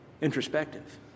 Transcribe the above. introspective